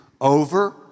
over